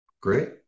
Great